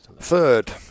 Third